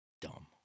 dumb